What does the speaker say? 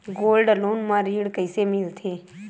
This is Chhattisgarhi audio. गोल्ड लोन म ऋण कइसे मिलथे?